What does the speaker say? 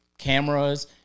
cameras